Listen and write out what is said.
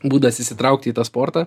būdas įsitraukti į tą sportą